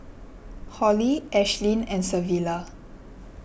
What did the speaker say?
Hollie Ashlyn and Savilla